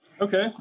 Okay